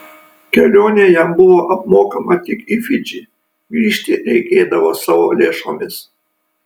kelionė jam buvo apmokama tik į fidžį grįžti reikėdavo savo lėšomis